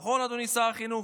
נכון, אדוני שר החינוך?